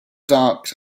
dark